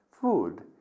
Food